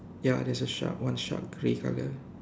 ya there is a shark one shark grey color